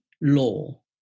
law